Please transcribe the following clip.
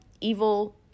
evil